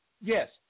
Yes